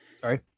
Sorry